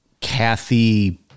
Kathy